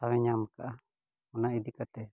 ᱴᱷᱟᱶᱮ ᱧᱟᱢ ᱠᱟᱜᱼᱟ ᱚᱱᱟ ᱤᱫᱤ ᱠᱟᱛᱮᱫ